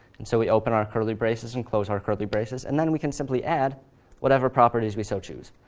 and so we open our curly braces and close our curly braces, and then we can simply add whatever properties we so choose.